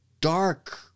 dark